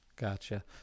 Gotcha